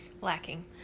lacking